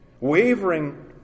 Wavering